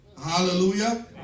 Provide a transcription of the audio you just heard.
Hallelujah